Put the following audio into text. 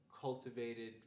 cultivated